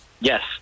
Yes